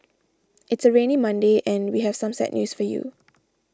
it's a rainy Monday and we have some sad news for you